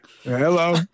Hello